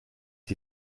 die